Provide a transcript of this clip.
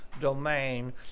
domain